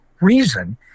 reason